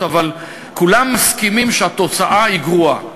אבל כולם מסכימים שהתוצאה היא גרועה.